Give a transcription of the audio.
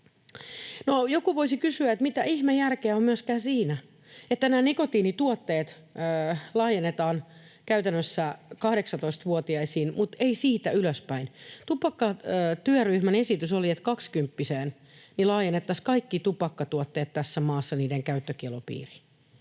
joku voisi kysyä, mitä ihmeen järkeä on myöskään siinä, että nikotiinituotteet laajennetaan käytännössä 18-vuotiaisiin, mutta ei siitä ylöspäin. Tupakkatyöryhmän esitys oli, että kaksikymppiseen laajennettaisiin tässä maassa kaikkien tupakkatuotteiden käyttökiellon piiri,